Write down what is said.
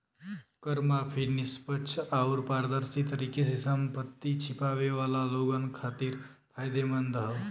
कर माफी निष्पक्ष आउर पारदर्शी तरीके से संपत्ति छिपावे वाला लोगन खातिर फायदेमंद हौ